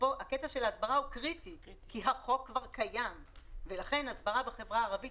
כאן הקטע של ההסברה הוא קריטי כי החוק כבר קיים ולכן הסברה בחברה הערבית